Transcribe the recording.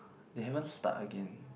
they haven't start again